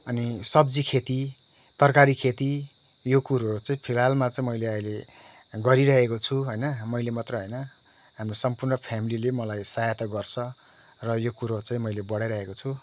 अनि सब्जी खेती तरकारी खेती यो कुरोहरू चाहिँ फिलहालमा चाहिँ मैले अहिले गरिरहेको छु होइन मैले मात्रै होइन हाम्रो सम्पूर्ण फेमिलीले मलाई सहायता गर्छ र यो कुरो चाहिँ मैले बढाइरहेको छु